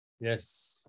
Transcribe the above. Yes